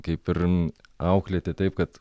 kaip ir auklėti taip kad